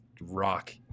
rock